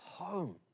home